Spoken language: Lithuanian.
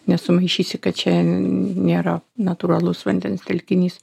nesumaišysi kad čia nėra natūralus vandens telkinys